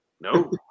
No